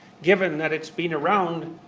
given that it's been around,